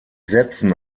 setzen